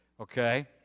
okay